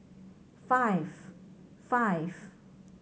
five five